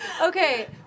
Okay